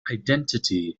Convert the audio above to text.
identity